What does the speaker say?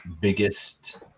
biggest